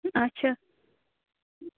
اَچھا